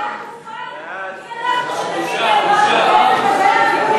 זכותן של נשים למכור את גופן,